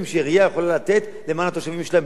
יכולה לתת לתושבים שלה בלי תשלום.